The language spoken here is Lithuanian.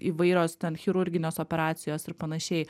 įvairios chirurginės operacijos ir panašiai